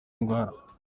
ndwara